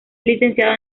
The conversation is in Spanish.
licenciado